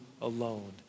alone